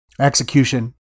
Execution